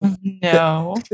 No